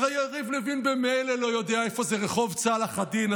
הרי יריב לוין ממילא לא יודע איפה זה רחוב צלאח א-דין,